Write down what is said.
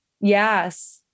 Yes